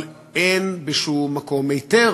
אבל אין בשום מקום היתר